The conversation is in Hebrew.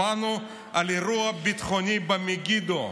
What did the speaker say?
שמענו על אירוע ביטחוני במגידו.